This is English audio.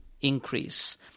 increase